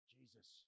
Jesus